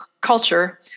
culture